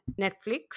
Netflix